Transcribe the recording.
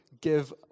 give